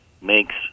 makes